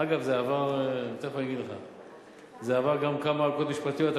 אגב, זה עבר גם כמה ערכאות משפטיות.